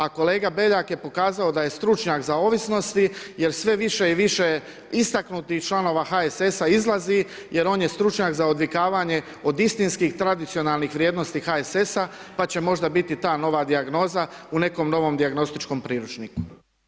A kolega Beljak je pokazao da je stručnjak za ovisnosti jer sve više i više istaknutih članova HSS-a izlazi jer on je stručnjak za odvikavanje od istinskih tradicionalnih vrijednosti HSS-a pa će možda biti ta nova dijagnoza u nekom novom dijagnostičkom priručniku.